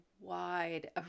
wide